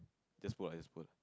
that's what it's worth